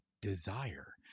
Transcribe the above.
desire